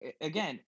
Again